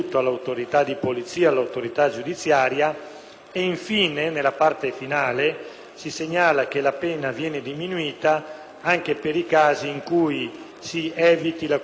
e nella parte finale si segnala che la pena viene diminuita anche per i casi in cui si eviti la commissione di ulteriori fatti di sequestro di minore.